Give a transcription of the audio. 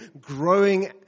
growing